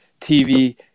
TV